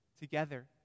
together